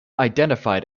identified